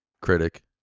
critic